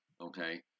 Okay